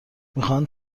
میخواهند